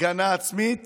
הגנה עצמית